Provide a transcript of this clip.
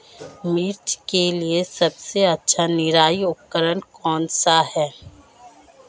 मिर्च के लिए सबसे अच्छा निराई उपकरण कौनसा है?